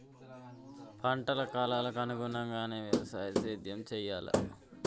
పంటల కాలాలకు అనుగుణంగానే వ్యవసాయ సేద్యం చెయ్యాలా?